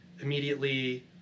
immediately